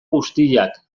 guztiak